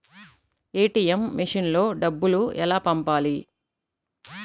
ATM మెషిన్లో డబ్బులు ఎలా పంపాలి?